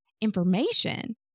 information